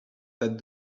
that